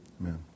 Amen